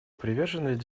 приверженность